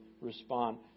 respond